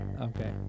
Okay